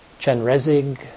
Chenrezig